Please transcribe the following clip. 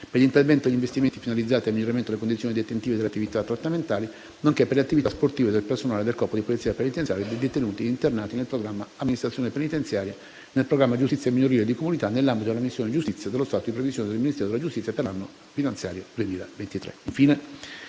per gli interventi e gli investimenti finalizzati al miglioramento delle condizioni detentive e delle attività trattamentali, nonché per le attività sportive del personale del corpo di polizia penitenziaria e dei detenuti e internati, nel programma «Amministrazione penitenziaria» e nel programma «Giustizia minorile e di comunità», nell'ambito della missione «Giustizia» dello stato di previsione del Ministero della giustizia per l'anno finanziario 2023.